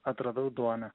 atradau duona